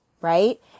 right